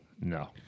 No